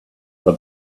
for